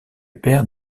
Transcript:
père